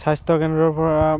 স্বাস্থ্য কেন্দ্ৰৰ পৰা